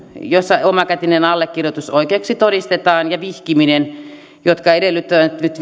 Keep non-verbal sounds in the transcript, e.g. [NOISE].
joissa omakätinen allekirjoitus oikeaksi todistetaan ja vihkiminen joka nyt [UNINTELLIGIBLE]